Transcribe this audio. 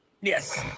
Yes